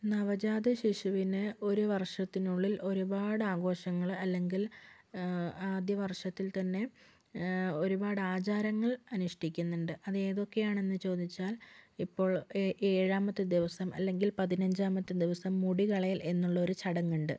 നവജാത ശിശുവിന് ഒരു വർഷത്തിനുള്ളിൽ ഒരുപാട് ആഘോഷങ്ങൾ അല്ലെങ്കിൽ ആദ്യ വർഷത്തിൽ തന്നെ ഒരുപാട് ആചാരങ്ങൾ അനുഷ്ടിക്കുന്നുണ്ട് അത് ഏതൊക്കെയാണെന്ന് ചോദിച്ചാൽ ഇപ്പോൾ എ ഏഴാമത്തെ ദിവസം അല്ലെങ്കിൽ പതിനഞ്ചാമത്തെ ദിവസം മുടി കളയൽ എന്നുള്ള ഒരു ചടങ്ങ് ഉണ്ട്